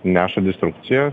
neša destrukciją